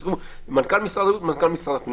אז אני אומר מנכ"ל משרד הבריאות ומנכ"ל משרד הפנים.